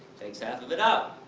takes half of it out.